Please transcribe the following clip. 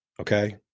Okay